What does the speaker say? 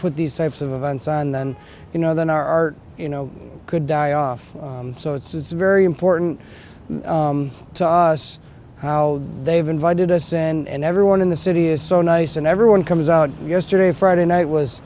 put these types of events on then you know then our you know could die off so it's very important to us how they've invited us and everyone in the city is so nice and everyone comes out yesterday friday night was